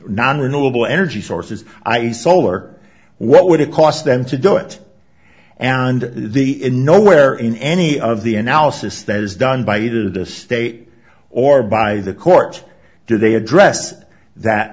non renewable energy sources i solar what would it cost them to do it and the in no where in any of the analysis that is done by either the state or by the court do they address that